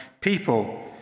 people